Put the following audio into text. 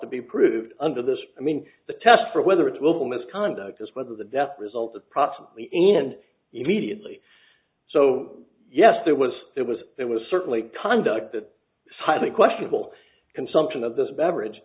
to be proved under this i mean the test for whether it will misconduct is whether the death result approximately in immediately so yes there was there was there was certainly conduct that slightly questionable consumption of this beverage